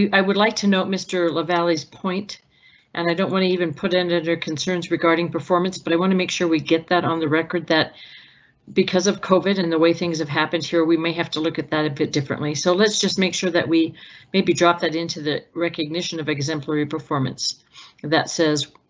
we i would like to note mr lavalle's point and i don't want to even put into their concerns regarding performance, but i want to make sure we get that on the record that because of cove it and the way things have happened here, we may have to look at that a bit differently. so let's just make sure that we maybe drop that into the recognition of exemplary performance that says,